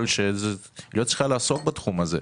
יכול להיות שהיא לא צריכה לעסוק בתחום הה.